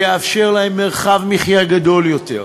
והוא יאפשר להן מרחב מחיה גדול יותר,